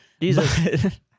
Jesus